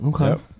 Okay